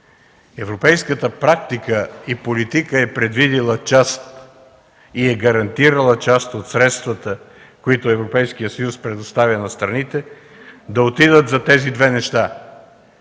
Европейската практика и политика е предвидила и е гарантирала част от средствата, които Европейският съюз предоставя на страните, да отидат за тези две неща